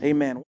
Amen